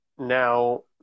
Now